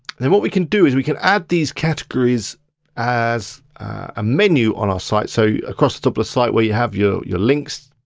and what we can do is we can add these categories as a menu on our site, so across the top of the site where you have your your links.